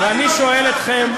זה לא נכון.